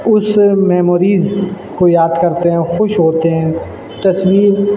اس memories کو یاد کرتے ہیں خوش ہوتے ہیں تصویر